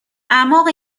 اعماق